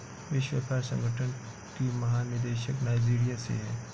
विश्व व्यापार संगठन की महानिदेशक नाइजीरिया से है